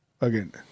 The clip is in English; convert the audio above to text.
again